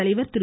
தலைவர் திரு